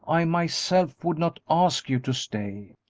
i myself would not ask you to stay.